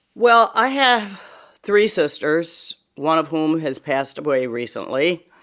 well, i have three sisters, one of whom has passed away recently.